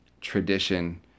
tradition